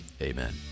amen